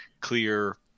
clear